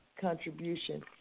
contribution